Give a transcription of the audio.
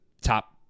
top